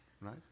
right